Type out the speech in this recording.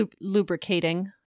Lubricating